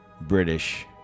British